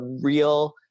real